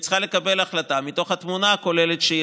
היא צריכה לקבל החלטה מתוך התמונה הכוללת שהיא